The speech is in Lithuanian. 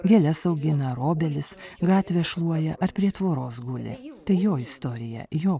gėles augina ar obelis gatvę šluoja ar prie tvoros guli tai jo istorija jo